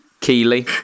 Keely